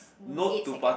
eight seconds